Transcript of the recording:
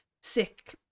sick